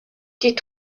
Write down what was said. die